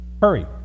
hurry